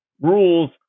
rules